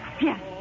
Yes